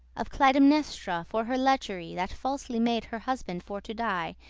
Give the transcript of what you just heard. of clytemnestra, for her lechery that falsely made her husband for to die,